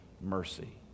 mercy